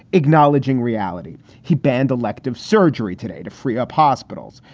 acknowledging reality he banned elective surgery today to free up hospitals.